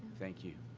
thank you.